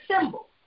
symbol